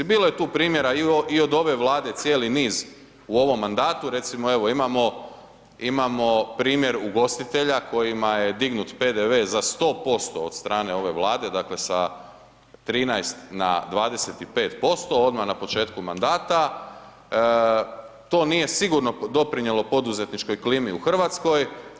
Bilo je tu primjera i od ove Vlade, cijeli niz u ovom mandatu, recimo evo, imamo primjer ugostitelja kojima je dignut PDV za 100% od stane ove Vlade, dakle, sa 13 na 25% odmah na početku mandata, to nije sigurno doprinijelo poduzetničkoj klimi u RH.